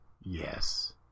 Yes